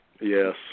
Yes